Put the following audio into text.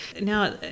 Now